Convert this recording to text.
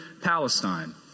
Palestine